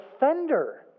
offender